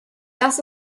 das